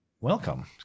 Welcome